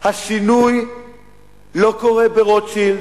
השינוי לא קורה ברוטשילד,